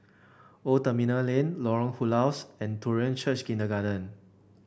Old Terminal Lane Lorong Halus and Korean Church Kindergarten